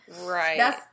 Right